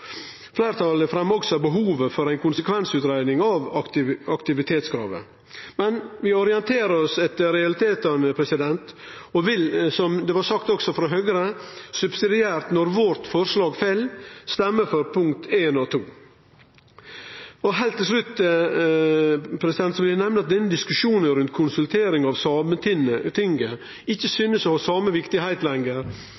Fleirtalet fremjar også behovet for ei konsekvensutgreiing av aktivitetskravet. Men vi orienterer oss etter realitetane og vil, som det blei sagt også frå Høgre, subsidiært, når vårt forslag fell, stemme for I og II. Heilt til slutt vil eg nemne at diskusjonen rundt konsultering av Sametinget ikkje